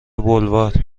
بلوار